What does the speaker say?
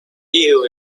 eel